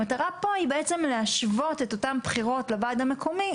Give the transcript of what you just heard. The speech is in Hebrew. המטרה להשוות את הבחירות לוועד המקומי,